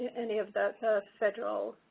any of the federal